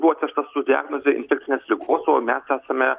buvo atvežtas su diagnoze infekcinės ligos o mes esame